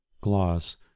Gloss